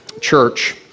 Church